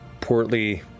portly